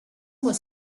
was